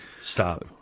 Stop